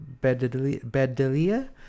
Bedelia